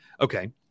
Okay